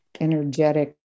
energetic